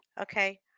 okay